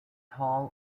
tall